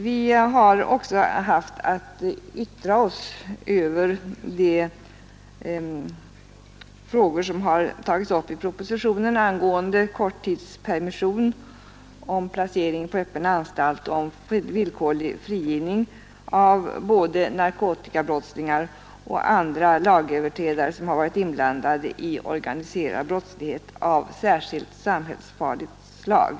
Vi har också haft att yttra oss över de frågor som har tagits upp i propositionen angående korttidspermission, placering på öppen anstalt och villkorlig frigivning av både narkotikabrottslingar och andra lagöverträdare som har varit inblandade i organiserad brottslighet av särskilt samhällsfarligt slag.